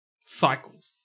cycles